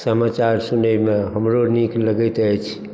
समाचार सुनैमे हमरो नीक लगैत अछि